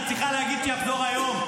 את צריכה להגיד שיחזור היום.